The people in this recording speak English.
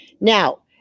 Now